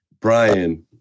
Brian